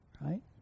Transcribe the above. right